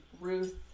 Ruth